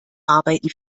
arbeiten